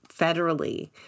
federally